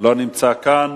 לא נמצא כאן.